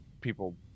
people